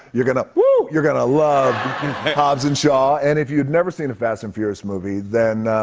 you're going to whoo! you're gonna love hobbs and shaw. and if you've never seen a fast and furious movie, then,